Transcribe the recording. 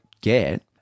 get